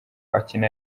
akina